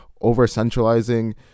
over-centralizing